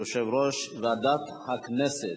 יושב-ראש ועדת הכנסת.